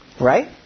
Right